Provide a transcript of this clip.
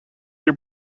your